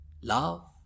Love